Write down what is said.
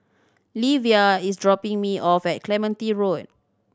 Livia is dropping me off at Clementi Road